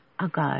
ago